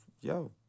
Yo